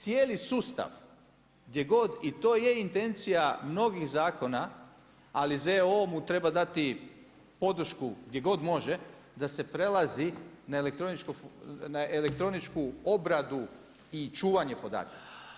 Cijeli sustav gdje god i to je intencija mnogih zakona ali ZOO mu treba dati podršku gdje god može da se prelazi na elektroničku obradu i čuvanje podataka.